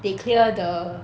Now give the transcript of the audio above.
they clear the